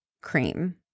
cream